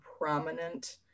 prominent